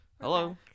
hello